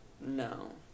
No